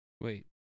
Wait